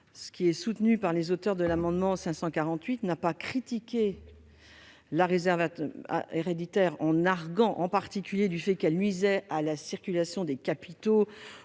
ce qui est soutenu par les auteurs de l'amendement n° 548 rectifié, n'a pas critiqué la réserve héréditaire en affirmant, en particulier, qu'elle nuisait à la circulation des capitaux